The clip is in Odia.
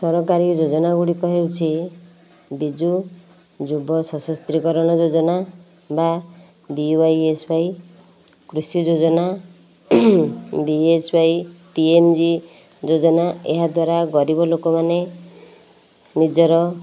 ସରକାରୀ ଯୋଜନା ଗୁଡ଼ିକ ହେଉଛି ବିଜୁ ଯୁବ ସଶସ୍ତ୍ରୀକରଣ ଯୋଜନା ବା ବିୱାଇଏସ୍ୱାଇ କୃଷି ଯୋଜନା ବିଏସ୍ୱାଇଟିଏମ୍ଜି ଯୋଜନା ଏହା ଦ୍ୱାରା ଗରିବ ଲୋକମାନେ ନିଜର